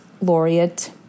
Laureate